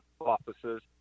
offices